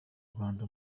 rwanda